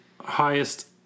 highest